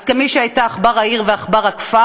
אז כמי שהייתה עכבר העיר ועכבר הכפר,